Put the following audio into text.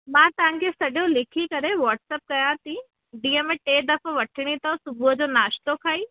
मां तव्हांखे सॼो लिखी करे व्हाट्सअप कया थी ॾींहुं में टे दफ़ो वठिणी अथव सुबुह जो नाश्तो खाई